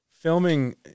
filming